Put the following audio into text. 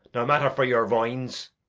no matter vor your foins.